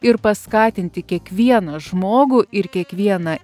ir paskatinti kiekvieną žmogų ir kiekvieną